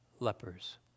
lepers